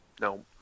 No